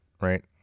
right